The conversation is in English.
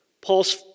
Paul's